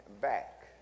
back